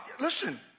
Listen